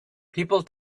people